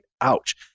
ouch